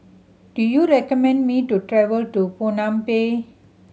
do you recommend me to travel to Phnom Penh